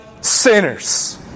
sinners